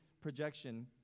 projection